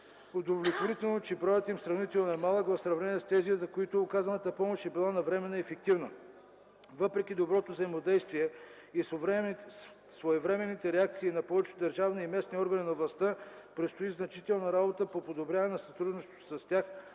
Удовлетворително е, че броят им е сравнително малък в сравнение с тези, за които оказаната помощ е била навременна и ефективна. Въпреки доброто взаимодействие и своевременните реакции на повечето държавни и местни органи на властта, предстои значителна работа по подобряване на сътрудничеството с тях,